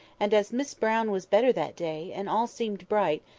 and as miss brown was better that day, and all seemed bright,